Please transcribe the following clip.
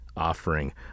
Offering